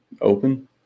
Open